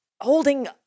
Holding